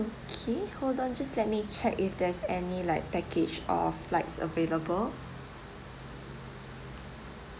okay hold on just let me check if there's any like package or flights available